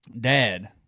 Dad